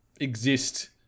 exist